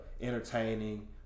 entertaining